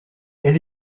elle